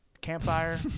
campfire